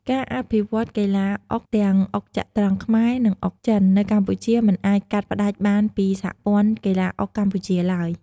ការអភិវឌ្ឍន៍កីឡាអុកទាំងអុកចត្រង្គខ្មែរ និងអុកចិន នៅកម្ពុជាមិនអាចកាត់ផ្តាច់បានពីសហព័ន្ធកីឡាអុកកម្ពុជាឡើយ។